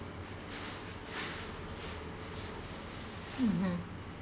mmhmm